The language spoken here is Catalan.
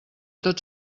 tot